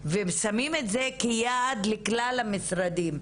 ושמים את זה כיעד לכלל המשרדים.